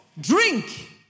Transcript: Drink